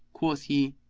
quoth he,